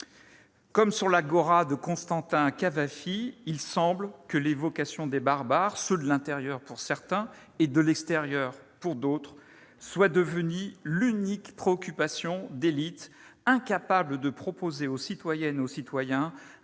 Comme sur l'agora de Constantin Cavafy, il semble que l'évocation des barbares, ceux de l'intérieur pour certains, ceux de l'extérieur pour d'autres, soit devenue l'unique préoccupation d'élites incapables de proposer aux citoyennes et aux citoyens